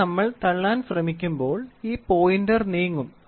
ഇവിടെ നമ്മൾ തള്ളാൻ ശ്രമിക്കുമ്പോൾ ഈ പോയിന്റർ നീങ്ങും